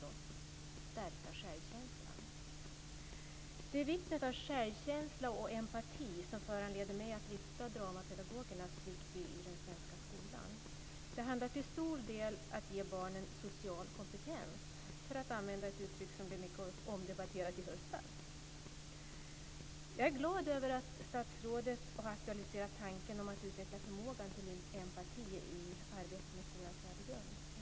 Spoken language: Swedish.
Det är vikten av självkänsla och empati som föranleder mig att lyfta fram dramapedagogernas vikt i den svenska skolan. Det handlar till stor del om att ge barnen "social kompetens" - för att använda ett uttryck som blev mycket omdebatterat i höstas. Jag är glad över att statsrådet har aktualiserat tanken om att utveckla förmågan till empati i arbetet med skolans värdegrund.